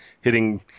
hitting